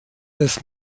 des